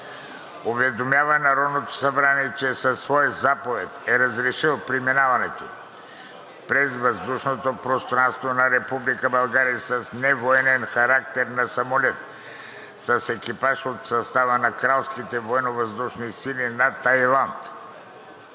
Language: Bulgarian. уведомява Народното събрание, че със своя заповед е разрешил преминаването през въздушното пространство на Република България с невоенен характер на самолет с екипаж от състава на Кралските